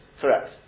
Correct